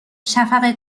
شفق